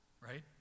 right